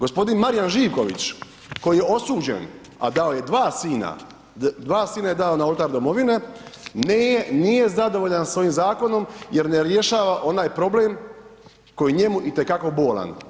G. Marijan Živković koji je osuđen, a dao je 2 sina, 2 sina je dao na oltar domovine, nije zadovoljan s ovim zakonom jer ne rješava onaj problem koji je njemu itekako bolan.